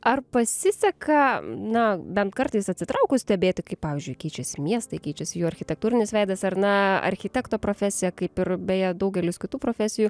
ar pasiseka na bent kartais atsitraukus stebėti kaip pavyzdžiui keičiasi miestai keičiasi jų architektūrinis veidas ar na architekto profesija kaip ir beje daugelis kitų profesijų